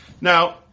Now